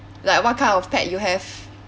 like what kind of pet you have